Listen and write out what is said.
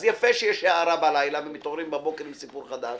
אז יפה שיש הארה בלילה ומתעוררים בבוקר עם סיפור חדש.